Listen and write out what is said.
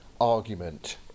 argument